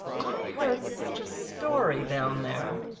i heard such a story down there!